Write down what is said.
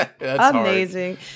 amazing